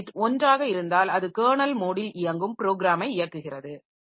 mode bit 1 ஆக இருந்தால் அது கெர்னல் மோடில் இயங்கும் ப்ரோக்கிராமை இயக்குகிறது